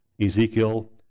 Ezekiel